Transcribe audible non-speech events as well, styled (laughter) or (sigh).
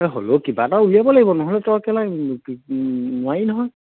এই হ'লেও কিবা এটা উলিয়াব লাগিব নহ'লে তই (unintelligible) নোৱাৰি নহয়